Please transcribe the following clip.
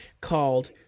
called